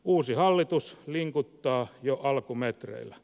uusi hallitus linkuttaa jo alkumetreillä